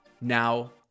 Now